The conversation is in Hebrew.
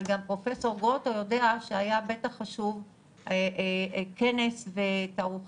אבל גם פרופ' גרוטו יודע שהיה בטח חשוב כנס ותערוכה,